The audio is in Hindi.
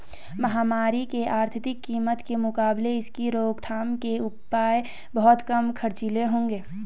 महामारी की आर्थिक कीमत के मुकाबले इसकी रोकथाम के उपाय बहुत कम खर्चीले होंगे